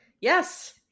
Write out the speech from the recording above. Yes